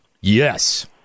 Yes